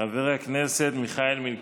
חבר הכנסת מיכאלי